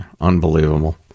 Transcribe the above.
Unbelievable